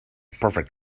perfect